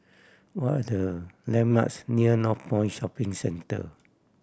what are the landmarks near Northpoint Shopping Centre